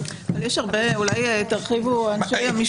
אולי ירחיבו אנשי המשטרה.